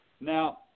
now